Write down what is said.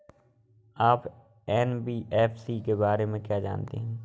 आप एन.बी.एफ.सी के बारे में क्या जानते हैं?